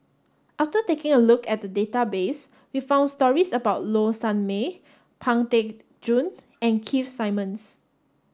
after taking a look at the database we found stories about Low Sanmay Pang Teck Joon and Keith Simmons